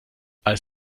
als